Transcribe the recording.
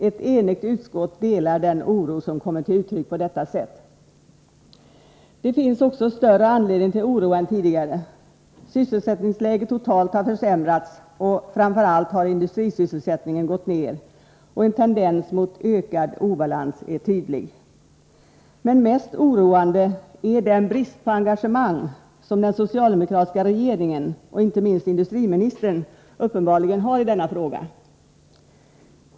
Ett enigt utskott delar den oro som kommit till uttryck på detta sätt. Det finns också större anledning till oro än tidigare. Sysselsättningsläget totalt har försämrats, och framför allt har industrisysselsättningen gått ned. En tendens mot ökad obalans är tydlig. Det mest oroande är den brist på engagemang som den socialdemokratiska regeringen — inte minst industriministern— uppenbarligen har i denna fråga.